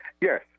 Yes